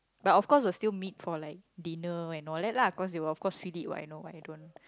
but of course will still meet for like dinner and all that lah cause they of course feed it what I know what I don't